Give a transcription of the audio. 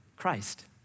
Christ